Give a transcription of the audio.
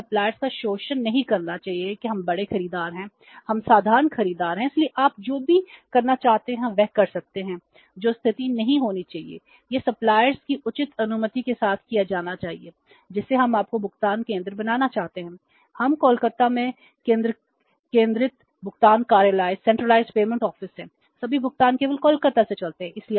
हमें सप्लायर्स हैं सभी भुगतान केवल कोलकाता से चलते हैं